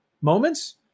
moments